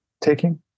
taking